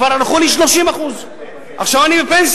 כבר הלכו לי 30%. עכשיו אני בפנסיה,